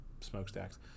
smokestacks